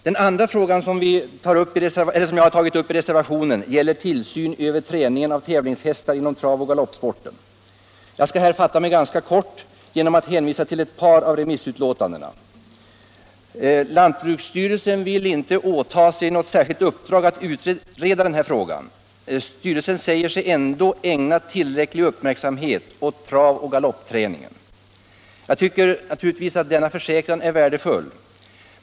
Den andra frågan som jag har tagit upp i reservationen gäller tillsyn över träningen av tävlingshästar inom travoch galoppsporten. Jag skall här fatta mig ganska kort genom att hänvisa till ett par av remissyttrandena. Lantbruksstyrelsen vill inte åta sig något särskilt uppdrag att utreda denna fråga. Styrelsen säger sig ändå ägna tillräcklig uppmärksamhet åt travoch galoppträningen. Jag tycker naturligtvis att denna försäkran är värdefull.